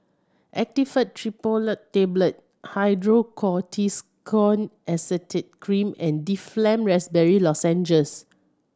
Actifed Triprolidine Tablet Hydrocortisone Acetate Cream and Difflam Raspberry Lozenges